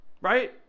right